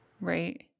Right